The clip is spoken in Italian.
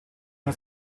una